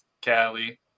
Cali